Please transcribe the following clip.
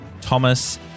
thomas